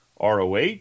ROH